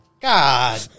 God